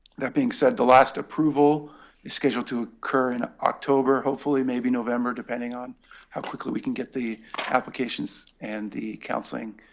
that being said, the last approval is scheduled to occur in october, hopefully maybe november, depending on how quickly we can get the applications and the counseling